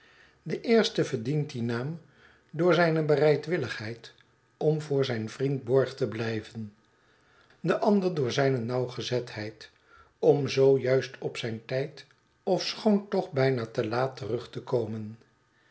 de eerste verdient dien naam door zijne bereidwilligheid om voor zijn vriend borg te blijven de ander door zijne nauwgezetheid om zoo juist op zijn tijd ofschoon toch bijna te laat terug te komen